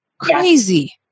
crazy